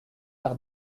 par